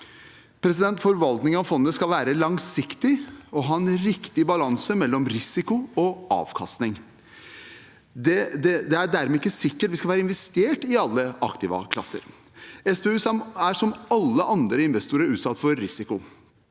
denne. Forvaltningen av fondet skal være langsiktig og ha en riktig balanse mellom risiko og avkastning. Det er dermed ikke sikkert vi skal være investert i alle aktivaklasser. SPU er som alle andre investorer utsatt for risiko.